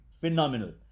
phenomenal